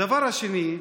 הדבר השני,